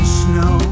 snow